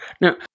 Now